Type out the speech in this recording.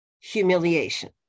humiliation